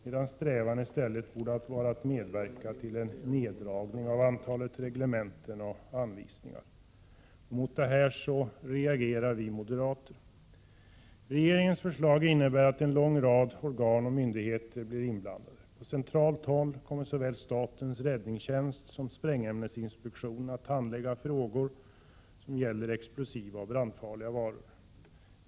Men strävan borde i stället ha varit att man medverkar till en neddragning av antalet reglementen och anvisningar. Mot detta lagförslag reagerar alltså vi moderater. Regeringens förslag innebär att en lång rad organ och myndigheter blir inblandade. Från centralt håll kommer såväl statens räddningstjänst som sprängämnesinspektionen att handlägga frågor som gäller explosiva och brandfarliga varor.